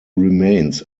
remains